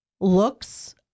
Looks